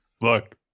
look